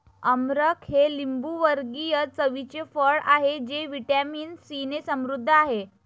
अमरख हे लिंबूवर्गीय चवीचे फळ आहे जे व्हिटॅमिन सीने समृद्ध आहे